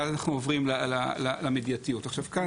מדובר כאן